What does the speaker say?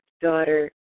daughter